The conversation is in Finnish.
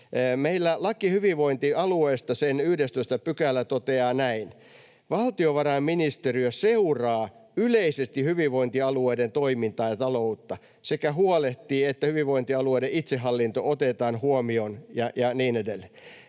Meillä hyvinvointialueesta annetun lain 11 § toteaa näin: ”Valtiovarainministeriö seuraa yleisesti hyvinvointialueiden toimintaa ja taloutta sekä huolehtii, että hyvinvointialueiden itsehallinto otetaan huomioon” — ja niin edelleen.